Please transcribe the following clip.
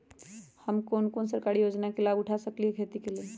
हम कोन कोन सरकारी योजना के लाभ उठा सकली ह खेती के लेल?